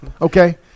Okay